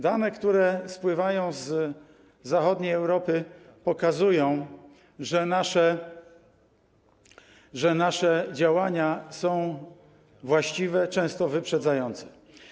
Dane, które napływają z zachodniej Europy, pokazują, że nasze działania są właściwe, często wyprzedzające.